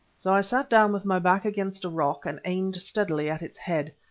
so i sat down with my back against a rock, and aimed steadily at its head.